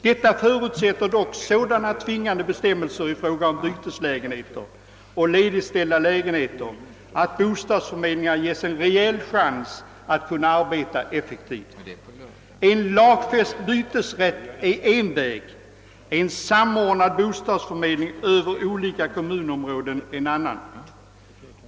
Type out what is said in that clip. Detta förutsätter dock sådana tvingande bestämmelser i fråga om byteslägenheter och ledigställda lägenheter, att åt bostadsförmedlingarna ges en reell chans att arbeta effektivt. En lagfäst bytesrätt är en väg, en samordnad bostadsförmedling över olika kommunområden är en annan.